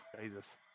Jesus